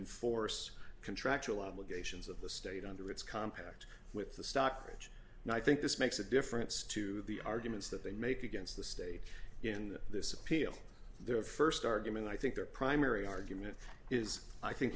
enforce contractual obligations of the state under its compact with the stockbridge and i think this makes a difference to the arguments that they make against the state in this appeal their first argument i think their primary argument is i think